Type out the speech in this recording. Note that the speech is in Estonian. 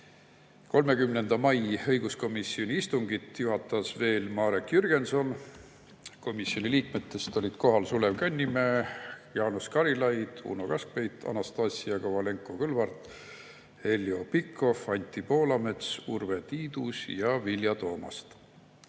30. mai õiguskomisjoni istungit juhatas veel Marek Jürgenson. Komisjoni liikmetest olid kohal Sulev Kannimäe, Jaanus Karilaid, Uno Kaskpeit, Anastassia Kovalenko-Kõlvart, Heljo Pikhof, Anti Poolamets, Urve Tiidus ja Vilja Toomast.